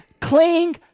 cling